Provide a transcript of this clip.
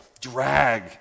drag